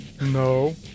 no